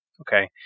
Okay